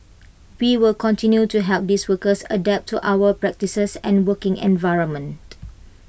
we will continue to help these workers adapt to our practices and working environment